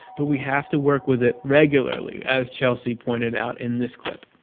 but we have to work with it regularly, as chelsea pointed out in this clip.